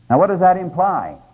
and what does that imply?